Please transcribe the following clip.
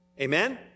Amen